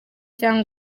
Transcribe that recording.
cyangwa